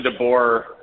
DeBoer